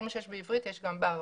כל מה שיש בעברית יש גם בערבית.